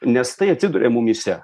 nes tai atsiduria mumyse